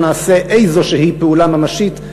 לא נעשה איזו פעולה ממשית,